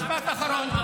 משפט אחרון.